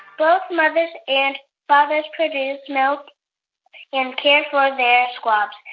both mothers and fathers produce milk and care for their squabs.